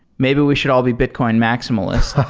maybe we should all be bitcoin maximalists.